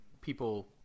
people